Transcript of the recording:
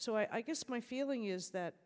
so i i guess my feeling is that